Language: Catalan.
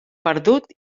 perdut